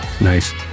Nice